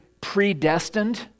predestined